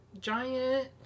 giant